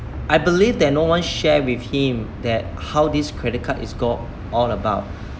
I believe that no one share with him that how this credit card is all about